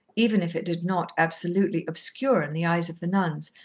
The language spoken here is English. even if it did not absolutely obscure in the eyes of the nuns,